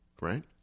Right